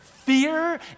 Fear